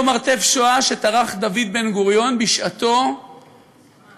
אותו "מרתף השואה" שטרח דוד בן-גוריון בשעתו להרים,